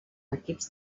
equips